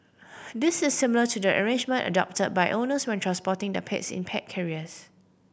this is similar to the arrangement adopted by owners when transporting their pets in pet carriers